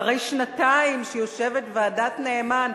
אחרי שנתיים שיושבת ועדת-נאמן,